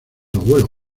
abuelo